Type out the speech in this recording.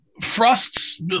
Frost's